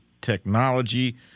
Technology